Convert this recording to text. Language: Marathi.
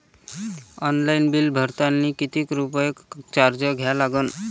ऑनलाईन बिल भरतानी कितीक रुपये चार्ज द्या लागन?